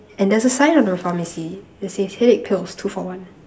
and there's a sign on the pharmacy that says headache pills two for one